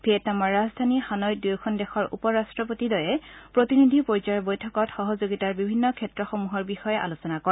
ভিয়েটনামৰ ৰাজধানী হানৈত দুয়োখন দেশৰ উপ ৰট্টপতিদ্বয়ে প্ৰতিনিধি পৰ্যায়ৰ বৈঠকত সহযোগিতাৰ বিভিন্ন ক্ষেত্ৰসমূহৰ বিষয়ে আলোচনা কৰে